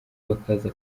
bakaza